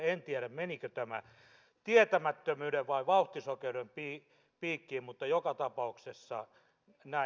en tiedä menikö tämä tietämättömyyden vai vauhtisokeuden piikkiin mutta joka tapauksessa minä